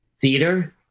Theater